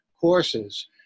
courses